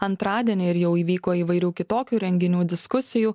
antradienį ir jau įvyko įvairių kitokių renginių diskusijų